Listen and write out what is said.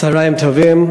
צהריים טובים.